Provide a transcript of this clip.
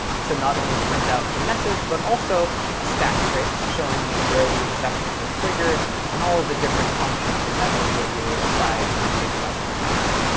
so not only print out the message but also a stack trace showing you where the exception was triggered and all of the different functions and methods that you were inside when the exception happened.